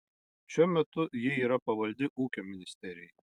šiuo metu ji yra pavaldi ūkio ministerijai